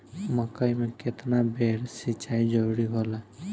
मकई मे केतना बेर सीचाई जरूरी होला?